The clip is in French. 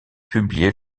publié